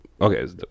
Okay